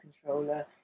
controller